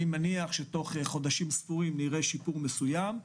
אבל אני מניח שתוך חודשים ספורים נראה שיפור מסוים.